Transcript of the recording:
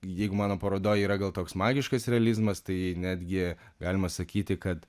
jeigu mano parodoj yra gal toks magiškas realizmas tai netgi galima sakyti kad